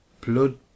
blood